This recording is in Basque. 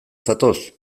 zatoz